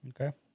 Okay